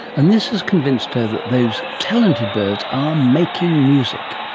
and this has convinced her that those talented birds are making music,